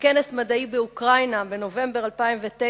בכנס מדעי באוקראינה, בנובמבר 2009,